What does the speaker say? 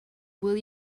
will